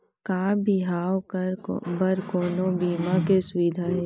का बिहाव बर कोनो बीमा के सुविधा हे?